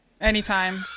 anytime